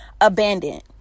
abandoned